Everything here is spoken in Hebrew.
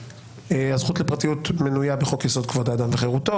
הזכות לפרטיות מנויה בחוק יסוד: כבוד האדם וחירותו.